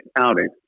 outing